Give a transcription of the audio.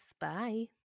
Bye